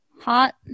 Hot